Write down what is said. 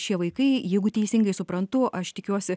šie vaikai jeigu teisingai suprantu aš tikiuosi